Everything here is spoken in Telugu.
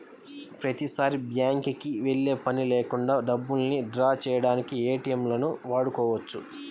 ప్రతిసారీ బ్యేంకుకి వెళ్ళే పని లేకుండా డబ్బుల్ని డ్రా చేయడానికి ఏటీఎంలను వాడుకోవచ్చు